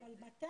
אבל מתי?